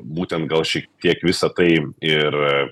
būtent gal šiek tiek visa tai ir